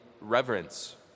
reverence